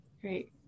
Great